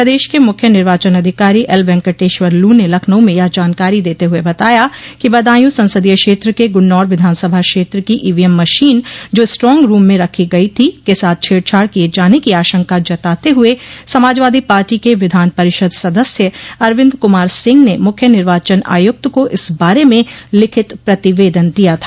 प्रदेश के मुख्य निर्वाचन अधिकारी एलवेंकटेश्वर लू ने लखनऊ में यह जानकारी देते हुए बताया कि बदायू संसदीय क्षेत्र के गुन्नौर विधानसभा क्षेत्र की ईवीएम मशीन जो स्ट्रांग रूम में रखी गई थी के साथ छेड़छाड़ किये जाने की आशंका जताते हुए समाजवादी पार्टी के विधान परिषद सदस्य अरविन्द कुमार सिंह ने मुख्य निर्वाचन आयुक्त को इस बारे में लिखित प्रतिवेदन दिया था